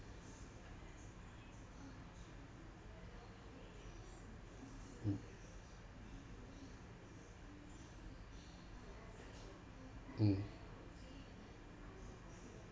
mm mm